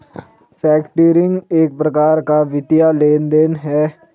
factoring एक प्रकार का वित्तीय लेन देन है